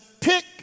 pick